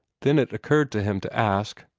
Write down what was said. then it occurred to him to ask,